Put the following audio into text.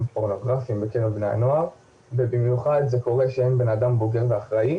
פורנוגרפיים בקרב בני הנוער ובמיוחד זה קורה כשאין בן אדם בוגר ואחראי